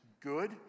good